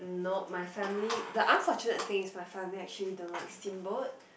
nope my family the unfortunate thing is that my family actually don't like steamboat